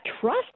trust